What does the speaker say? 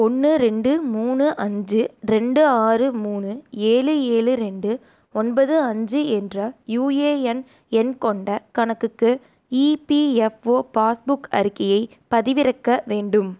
ஒன்று ரெண்டு மூணு அஞ்சு ரெண்டு ஆறு மூணு ஏழு ஏழு ரெண்டு ஒன்பது அஞ்சு என்ற யூஏஎன் எண் கொண்ட கணக்குக்கு ஈபிஎஃப்ஓ பாஸ்புக் அறிக்கையை பதிவிறக்க வேண்டும்